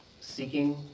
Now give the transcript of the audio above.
seeking